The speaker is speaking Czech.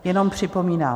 Jenom připomínám.